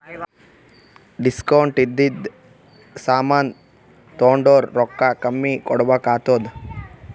discount ಇದ್ದಿದು ಸಾಮಾನ್ ತೊಂಡುರ್ ರೊಕ್ಕಾ ಕಮ್ಮಿ ಕೊಡ್ಬೆಕ್ ಆತ್ತುದ್